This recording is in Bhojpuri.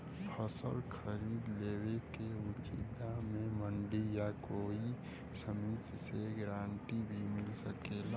फसल खरीद लेवे क उचित दाम में मंडी या कोई समिति से गारंटी भी मिल सकेला?